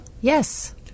Yes